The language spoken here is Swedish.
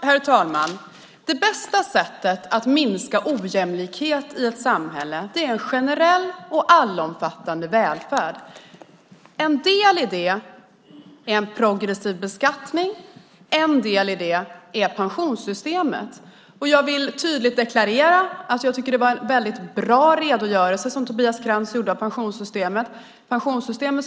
Herr talman! Det bästa sättet att minska ojämlikhet i ett samhälle är en generell och allomfattande välfärd. En del i det är en progressiv beskattning, en del i det är pensionssystemet. Jag vill tydligt deklarera att det var en bra redogörelse av pensionssystemet som Tobias Krantz gjorde.